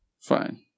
fine